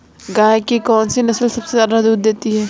गाय की कौनसी नस्ल सबसे ज्यादा दूध देती है?